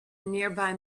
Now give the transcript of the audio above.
nearby